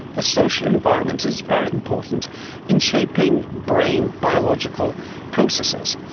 the social environment is very important in shaping brain biological processes.